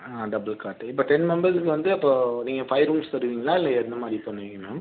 ஆ double cot இப்போ ten மெம்பெர்ஸுக்கு வந்து அப்போது நீங்கள் ஃபைவ் ரூம்ஸ் தருவீங்களா இல்லை எந்த மாதிரி பண்ணுவீங்க மேம்